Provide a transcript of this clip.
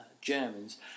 Germans